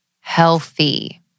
healthy